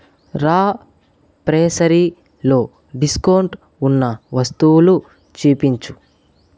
రా ప్రెసరీలో డిస్కౌంట్ ఉన్న వస్తువులు చూపించు